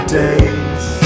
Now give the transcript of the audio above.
days